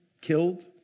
killed